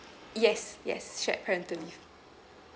yes yes shared parental leave